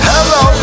Hello